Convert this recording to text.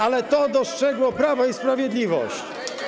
Ale to dostrzegło Prawo i Sprawiedliwość.